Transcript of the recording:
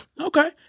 Okay